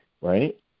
Right